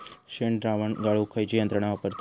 शेणद्रावण गाळूक खयची यंत्रणा वापरतत?